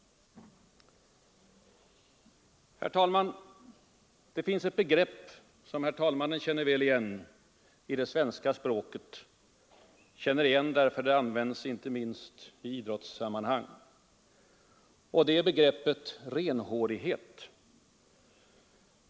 Herr talman! Det finns ett begrepp i det svenska språket som herr talmannen känner väl igen, eftersom det används inte minst i idrottssammanhang. Det är begreppet renhårighet.